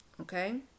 okay